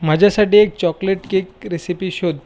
माझ्यासाठी एक chocolate cake recipe शोध